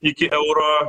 iki euro